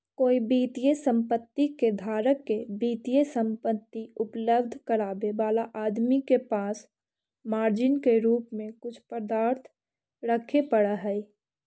कोई वित्तीय संपत्ति के धारक के वित्तीय संपत्ति उपलब्ध करावे वाला आदमी के पास मार्जिन के रूप में कुछ पदार्थ रखे पड़ऽ हई